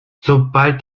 sobald